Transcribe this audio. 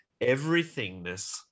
everythingness